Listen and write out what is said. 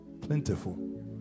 plentiful